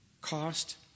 cost